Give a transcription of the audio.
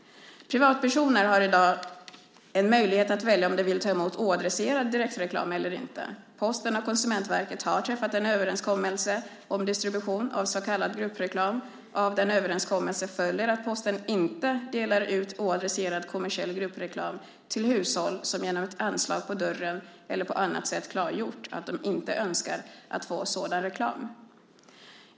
Privatpersoner har i dag en möjlighet att välja om de vill ta emot oadresserad direktreklam eller inte. Posten och Konsumentverket har träffat en överenskommelse om distribution av så kallad gruppreklam, och av den överenskommelsen följer att Posten inte delar ut oadresserad kommersiell gruppreklam till hushåll som genom ett anslag på dörren eller på annat sätt klargjort att de inte önskar få sådan reklam.